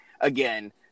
again